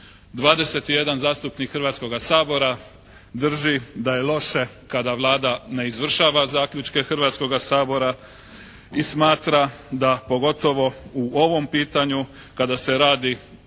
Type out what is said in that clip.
21 zastupnik Hrvatskoga sabora drži da je loše kada Vlada ne izvršava zaključke Hrvatskoga sabora i smatra da pogotovo u ovom pitanju kada se radi o boljem